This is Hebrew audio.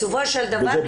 בסופו של דבר,